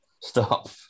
stop